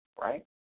right